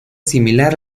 similar